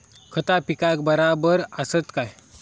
खता पिकाक बराबर आसत काय?